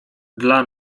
dla